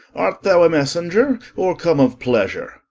art thou a messenger, or come of pleasure